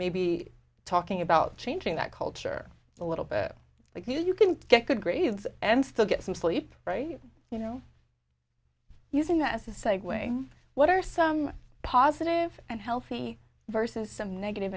maybe talking about changing that culture a little bit like you know you can get good grades and still get some sleep you know using that as a segue what are some positive and healthy versus some negative